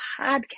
podcast